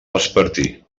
vespertí